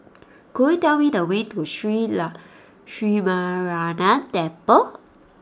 could you tell me the way to Shree Lakshminarayanan Temple